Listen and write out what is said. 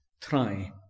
try